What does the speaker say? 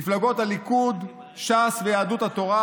מפלגות הליכוד, ש"ס ויהדות התורה,